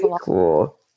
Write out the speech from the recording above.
cool